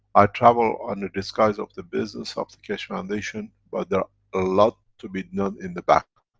i travel under disguise of the business of the keshe foundation, but there a lot to be done in the back.